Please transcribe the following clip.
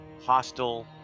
hostile